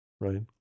right